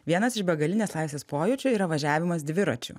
vienas iš begalinės laisvės pojūčio yra važiavimas dviračiu